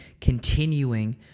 continuing